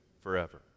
forever